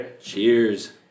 Cheers